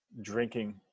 drinking